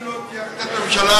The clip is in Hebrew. אם לא תהיה החלטת ממשלה,